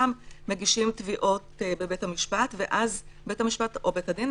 חלקם מגישים תביעות בבית המשפט או בבית הדין,